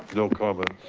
no comment.